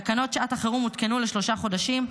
תקנות שעת החירום הותקנו לשלושה חודשים.